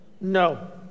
No